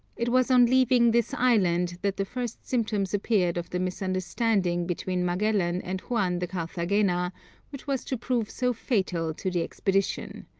it was on leaving this island that the first symptoms appeared of the misunderstanding between magellan and juan de carthagena which was to prove so fatal to the expedition.